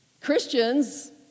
Christians